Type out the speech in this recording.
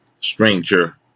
stranger